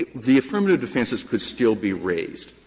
the affirmative defenses could still be raised.